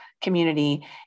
community